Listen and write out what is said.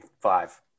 five